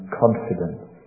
confidence